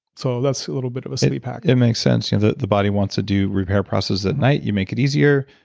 so, that's a little bit of a sleep hack it makes sense. you know the the body wants to do repair process at night. you make it easier,